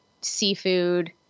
seafood